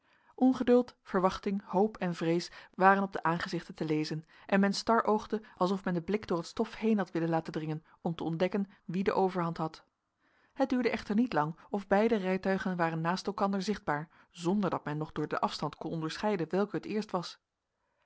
ongeduld verwachting hoop en vrees waren op de aangezichten te lezen en men staroogde alsof men den blik door het stof heen had willen laten dringen om te ontdekken wie de overhand had het duurde echter niet lang of beide rijtuigen waren naast elkander zichtbaar zonder dat men nog door den afstand kon onderscheiden welk het eerste was